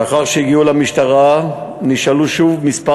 לאחר שהגיעו למשטרה נשאלו שוב מספר